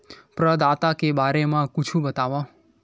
प्रदाता के बारे मा कुछु बतावव?